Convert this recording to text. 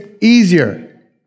easier